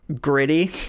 gritty